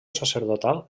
sacerdotal